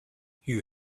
you